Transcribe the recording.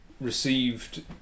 received